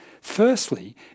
Firstly